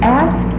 ask